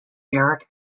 erich